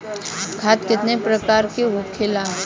खाद कितने प्रकार के होखेला?